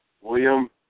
William